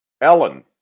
Ellen